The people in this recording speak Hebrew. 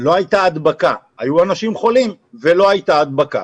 לא הייתה הדבקה, היו אנשים חולים ולא הייתה הדבקה.